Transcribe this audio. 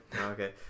Okay